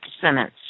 sentence